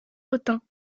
hautain